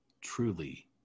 truly